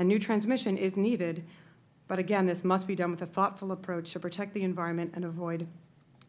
a new transmission is needed but again this must be done with a thoughtful approach to protect the environment and avoid